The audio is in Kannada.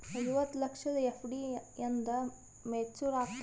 ಐವತ್ತು ಲಕ್ಷದ ಎಫ್.ಡಿ ಎಂದ ಮೇಚುರ್ ಆಗತದ?